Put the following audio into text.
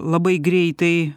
labai greitai